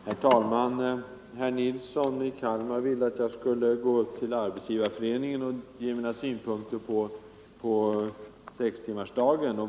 Herr talman! Herr Nilsson i Kalmar ville att jag skulle delge Arbetsgivareföreningen mina synpunkter på sextimmarsdagen.